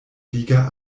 liga